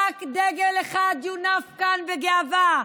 רק דגל אחד יונף כאן בגאווה,